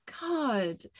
God